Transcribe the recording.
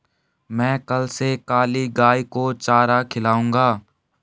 मैं कल से काली गाय को चारा खिलाऊंगा